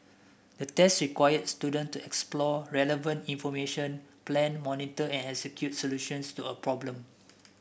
the test required student to explore relevant information plan monitor and execute solutions to a problem